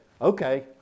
Okay